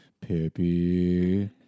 Pippi